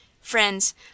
friends